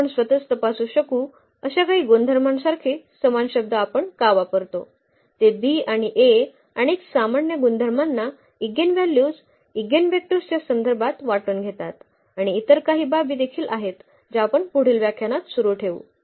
आज आपण स्वतःच तपासू शकू अशा काही गुणधर्मांसारखे समान शब्द आपण का वापरतो ते B आणि A अनेक सामान्य गुणधर्मांना इगेनव्हल्यूज इगेनवेक्टर्सच्या संदर्भात वाटून घेतात आणि इतर काही बाबी देखील आहेत ज्या आपण पुढील व्याख्यानात सुरू ठेवू